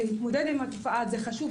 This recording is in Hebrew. זה חשוב.